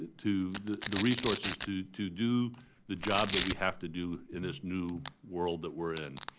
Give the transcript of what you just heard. to the the resources to to do the job that we have to do in this new world that we're in.